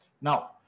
Now